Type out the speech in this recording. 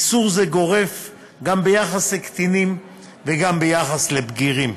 איסור זה גורף גם ביחס לקטינים וגם ביחס לבגירים.